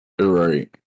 Right